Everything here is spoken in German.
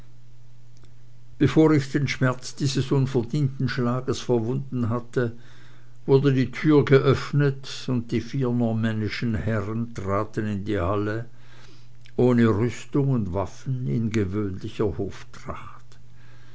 bevor ich den schmerz dieses unverdienten schlages verwunden hatte wurde die türe geöffnet und die vier normännischen herren traten in die halle ohne rüstung und waffen in gewöhnlicher